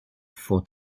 for